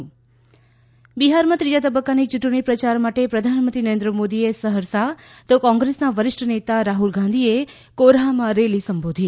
ત બિહારમાં ત્રીજા તબક્કાની ચૂંટણી પ્રચાર માટે પ્રધાનમંત્રી નરેન્ણ મોદીએ સહરસા તો કોંગ્રેસના વરિષ્ઠ નેતા રાહ્લ ગાંધીએ કોરહામાં રેલી સંબોધી